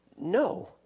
No